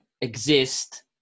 exist